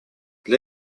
для